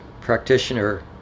practitioner